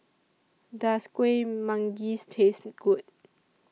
Does Kueh Manggis Taste Good